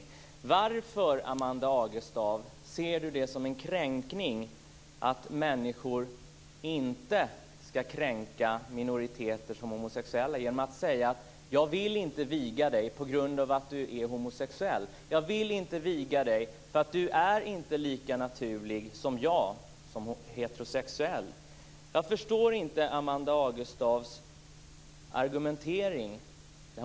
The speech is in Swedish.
Jag undrar varför Amanda Agestav ser det som en kränkning att människor inte ska kränka sådana minoriteter som homosexuella genom att säga: Jag vill inte viga dig på grund av att du är homosexuell. Jag vill inte viga dig för att du inte är lika naturlig som jag, som är heterosexuell. Jag förstår inte Amanda Agestavs argumentering.